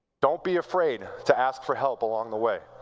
don't be afraid to ask for help along the way.